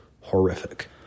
horrific